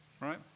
Right